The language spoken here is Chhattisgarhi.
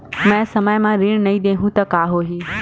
मैं समय म ऋण नहीं देहु त का होही